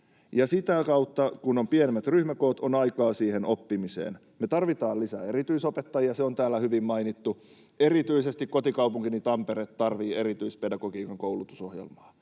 sitä kautta, kun on pienemmät ryhmäkoot, on aikaa oppimiseen. Me tarvitaan lisää erityisopettajia, se on täällä hyvin mainittu. Erityisesti kotikaupunkini Tampere tarvitsee erityispedagogiikan koulutusohjelmaa.